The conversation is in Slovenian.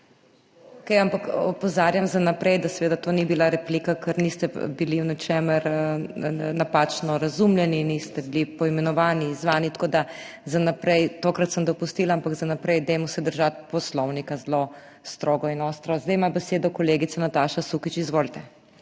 Okej, ampak opozarjam za naprej, da seveda to ni bila replika, ker niste bili v ničemer napačno razumljeni, niste bili poimenovani, izzvani, tako da za naprej, tokrat sem dopustila, ampak za naprej, dajmo se držati Poslovnika zelo strogo in ostro. Zdaj ima besedo kolegica Nataša Sukič. Izvolite.